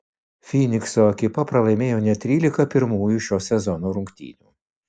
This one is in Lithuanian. fynikso ekipa pralaimėjo net trylika pirmųjų šio sezono rungtynių